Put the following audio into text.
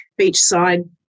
beachside